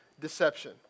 deception